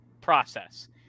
process